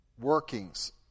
workings